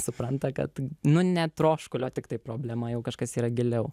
supranta kad nu ne troškulio tiktai problema jau kažkas yra giliau